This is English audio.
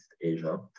Asia